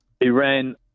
iran